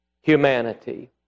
humanity